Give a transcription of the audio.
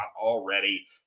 already